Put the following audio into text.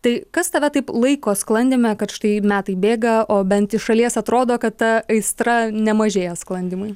tai kas tave taip laiko sklandyme kad štai metai bėga o bent iš šalies atrodo kad ta aistra nemažėja sklandymui